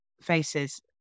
faces